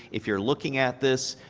if you're looking at this,